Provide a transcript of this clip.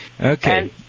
Okay